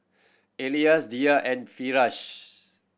Elyas Dhia and Firash